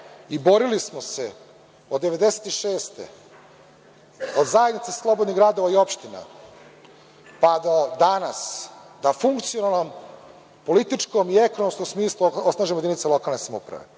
i borili smo se od 1996. godine, od Zajednice slobodnih gradova i opština, pa do danas, da u funkcionalnom, političkom i ekonomskom smislu osnažimo jedinice lokalne samouprave.